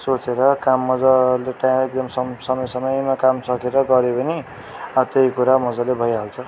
सोचेर काम मज्जाले त्यहाँ एकदम सम समयमा काम सकेर गऱ्यो भने अब त्यही कुरा मज्जाले भइहाल्छ